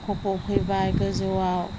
खफ' फैबाय गोजौआव